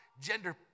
gender